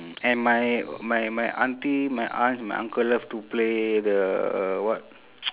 and my my my auntie my aunt my uncle love to play the what